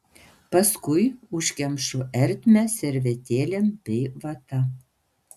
paskui užkemšu ertmę servetėlėm bei vata